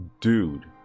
dude